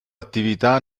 attività